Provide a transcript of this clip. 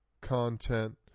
content